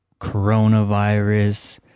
coronavirus